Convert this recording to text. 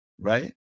right